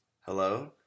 Hello